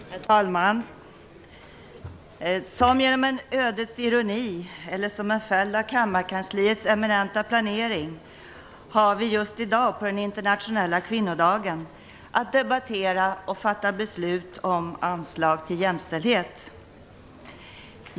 Herr talman! Som genom en ödets ironi, eller som en följd av kammarkansliets eminenta planering har vi i dag på den internationella kvinnodagen att debattera och fatta beslut om anslag till jämställdhet.